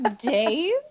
Dave